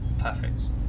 perfect